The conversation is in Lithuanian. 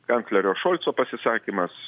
kanclerio šolco pasisakymas